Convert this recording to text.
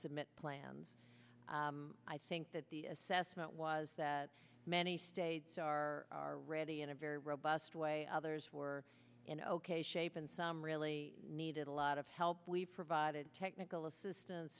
submit plans i think that the assessment was that many states are ready in a very robust way others were in ok shape and some really needed a lot of help we provided technical assistance